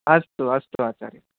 अस्तु अस्तु आचार्य